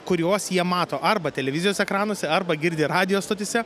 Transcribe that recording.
kuriuos jie mato arba televizijos ekranuose arba girdi radijo stotyse